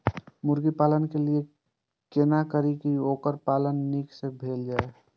मुर्गी पालन के लिए केना करी जे वोकर पालन नीक से भेल जाय?